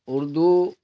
Urdu